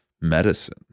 medicine